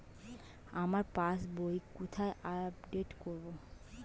আমার পাস বই কোথায় আপডেট করব?